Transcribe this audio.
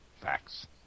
Facts